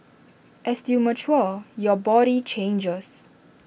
as you mature your body changes